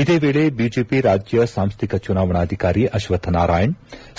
ಇದೇ ವೇಳೆ ಬಿಜೆಪಿ ರಾಜ್ಯ ಸಾಂಸ್ಟಿಕ ಚುನಾವಣಾಧಿಕಾರಿ ಅಕ್ಷಥ್ ನಾರಾಯಣ್